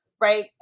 right